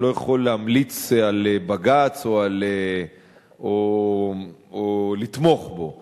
אני לא יכול להמליץ על בג"ץ או לתמוך בו.